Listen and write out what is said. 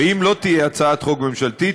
אם לא תהיה הצעת חוק ממשלתית,